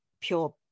pure